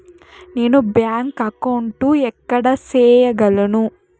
నేను bank account ఎక్కడ సేయగలను